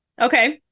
Okay